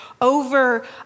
over